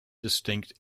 distinct